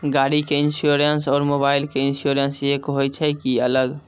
गाड़ी के इंश्योरेंस और मोबाइल के इंश्योरेंस एक होय छै कि अलग?